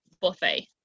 buffet